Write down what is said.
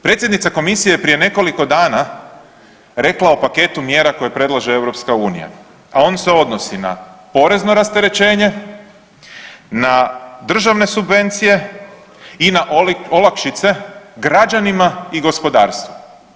Predsjednica komisije je prije nekolik dana rekla o paketu mjera koje predlaže EU a on se odnosi na porezno rasterećenje, na državne subvencije i na olakšice građanima i gospodarstvu.